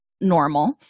normal